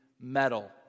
metal